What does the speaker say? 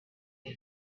boy